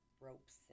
ropes